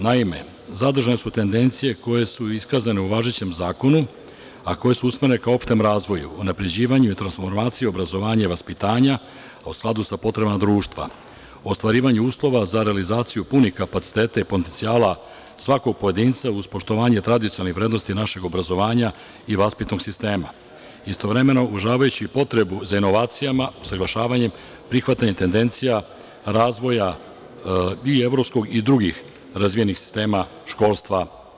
Naime, zadržane su tendencije koje su iskazane u važećem zakonu, a koje su usmerene ka opštem razvoju, unapređivanju i transformaciji obrazovanja i vaspitanja u skladu sa potrebama društva, ostvarivanju uslova za realizaciju punih kapaciteta i potencijala svakog pojedinca, uz poštovanje tradicionalnih vrednosti našeg obrazovanja i vaspitnog sistema, istovremeno uvažavajući potrebu za inovacijama, usaglašavanjem, prihvatanjem tendencija razvoja i evropskog i drugih razvijenih sistema školstva.